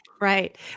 Right